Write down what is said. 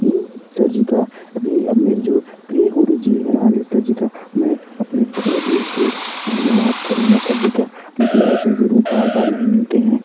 sir ji का अभी अब मेरे जो प्रिय गुरूजी है अनीश सर जी का मैं अपने तहे दिल से धन्यवाद करूँगा सर जी का क्योंकि ऐसे गुरु बार बार नहीं मिलते हैं